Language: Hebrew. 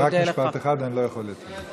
אבל רק משפט אחד, אני לא יכול יותר.